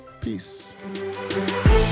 Peace